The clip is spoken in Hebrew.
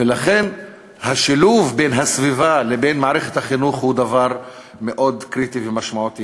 ולכן השילוב בין הסביבה לבין מערכת החינוך הוא דבר מאוד קריטי ומשמעותי.